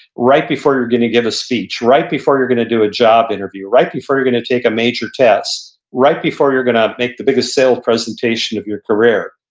right before you're going to give a speech, right before you're going to do a job interview, right before you're going to take a major test, right before you're going to make the biggest sales presentation of your career.